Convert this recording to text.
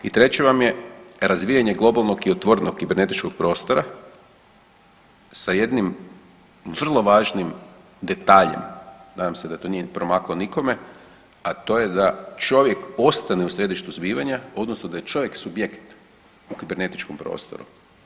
I treći vam je razvijanje globalnog i otvorenog kibernetičkog prostora sa jednim vrlo važnim detaljem, nadam se da to nije promaklo nikome, a to je da čovjek ostane u središtu zbivanja odnosno da je čovjek subjekt u kibernetičkom prostoru.